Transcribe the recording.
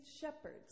shepherds